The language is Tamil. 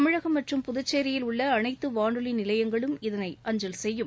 தமிழகம் மற்றும் புதுச்சேரியில் உள்ள அனைத்து வானொலி நிலையங்களும் இதனை அஞ்சல் செய்யும்